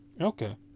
Okay